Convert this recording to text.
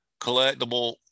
collectible